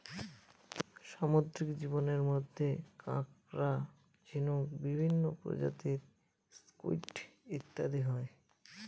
সামুদ্রিক জীবের মধ্যে কাঁকড়া, ঝিনুক, বিভিন্ন প্রজাতির স্কুইড ইত্যাদি হয়